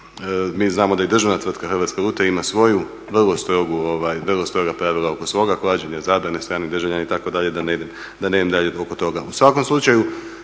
Mi znamo da i državna tvrtka Hrvatska lutrija ima svoju vrlo stroga pravila oko svoga klađenja, zabrane stranih državljana itd. da ne idem dalje oko toga.